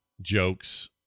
jokes